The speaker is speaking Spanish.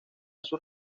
sus